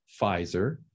Pfizer